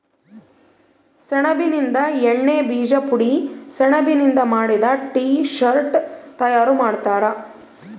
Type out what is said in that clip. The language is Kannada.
ಸೆಣಬಿನಿಂದ ಎಣ್ಣೆ ಬೀಜ ಪುಡಿ ಸೆಣಬಿನಿಂದ ಮಾಡಿದ ಟೀ ಶರ್ಟ್ ತಯಾರು ಮಾಡ್ತಾರ